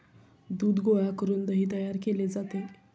दूध गोळा करून दही तयार केले जाते